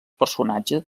personatge